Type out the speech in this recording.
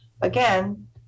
Again